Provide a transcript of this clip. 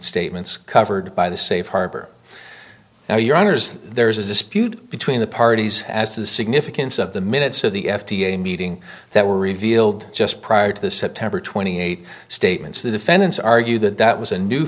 statements covered by the safe harbor now your honour's there is a dispute between the parties as to the significance of the minutes of the f d a meeting that were revealed just prior to the september twenty eight statements the defendants argue that that was a new